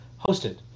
hosted